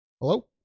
Hello